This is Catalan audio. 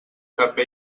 també